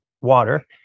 water